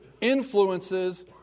Influences